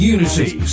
Unity